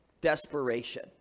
desperation